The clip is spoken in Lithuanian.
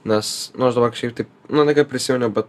nes nu aš dabar kažkaip taip nu ne tai kad prisiminiau bet